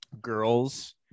girls